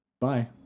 bye